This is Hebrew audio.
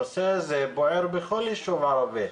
הנושא הזה בוער בכל יישוב ערבי.